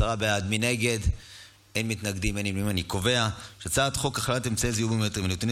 ההצעה להעביר את הצעת חוק הכללת אמצעי זיהוי ביומטריים ונתוני